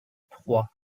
trois